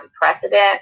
precedent